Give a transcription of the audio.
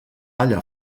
allà